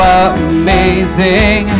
amazing